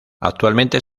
actualmente